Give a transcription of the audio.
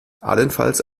allenfalls